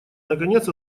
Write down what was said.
наконец